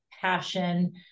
passion